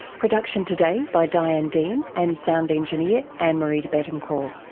production today by diane dean and sound engineer ann-marie debettencor.